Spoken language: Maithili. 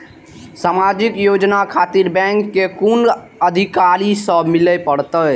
समाजिक योजना खातिर बैंक के कुन अधिकारी स मिले परतें?